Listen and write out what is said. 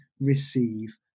receive